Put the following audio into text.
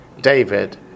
David